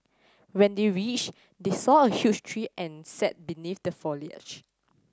when they reached they saw a huge tree and sat beneath the foliage